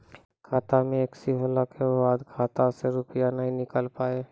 खाता मे एकशी होला के बाद खाता से रुपिया ने निकल पाए?